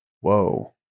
whoa